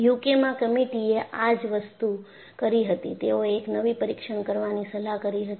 યુકેમાં કમીટીએ આ જ વસ્તુ કરી હતી તેઓએ એક નવી પરીક્ષણ કરવાની સલાહ કરી હતી